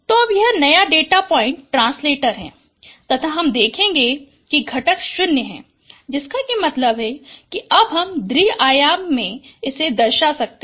तो अब यह नया डेटा पॉइंट ट्रांसलेटर है तथा हम देखेगे कि घटक 0 है जिसका मतलब है कि अब हम द्विआयाम को दर्शा सकते है